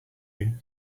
you